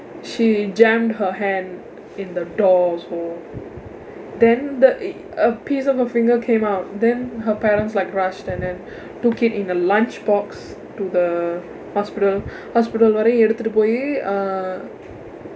she jammed her hand in the door also then the a a piece of her finger came out then her parents like rushed and then took it in a lunch box to the hospital hospital வரை எடுத்துட்டு போய் :varai eduththutdu pooy uh